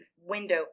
window